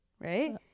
right